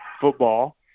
football